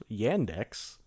Yandex